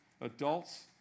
Adults